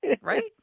Right